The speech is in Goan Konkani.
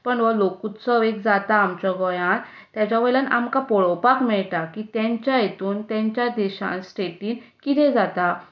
पूण हो लोकोत्सव एक जाता आमच्या गोंयांत ताच्या वयल्यान आमकां पळोवपाक मेळटा की तांच्या हातून तांच्या स्टेटींत कितें जाता